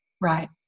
right